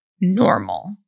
normal